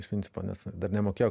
iš principo nes dar nemokėjo